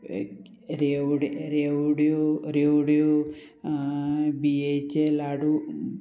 रेवडी रेवड्यो रेवड्यो बीएचे लाडू